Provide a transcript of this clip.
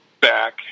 back